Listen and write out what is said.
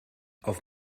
auf